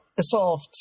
solved